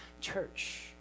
Church